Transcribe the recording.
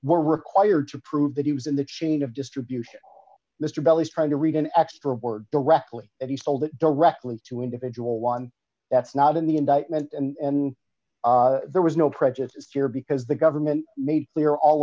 more required to prove that he was in the chain of distribution mr bell is trying to read an extra word directly if he's told it directly to individual one that's not in the indictment and there was no prejudices here because the government made clear all